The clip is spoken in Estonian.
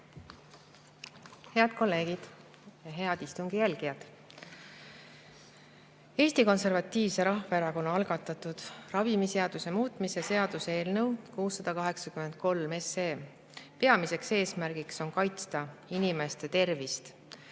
Head kolleegid! Head istungi jälgijad! Eesti Konservatiivse Rahvaerakonna algatatud ravimiseaduse muutmise seaduse eelnõu 683 peamine eesmärk on kaitsta inimeste tervist,